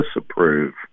disapprove